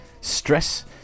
stress